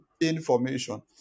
information